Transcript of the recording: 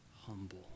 humble